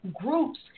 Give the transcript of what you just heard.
groups